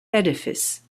edifice